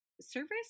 service